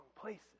places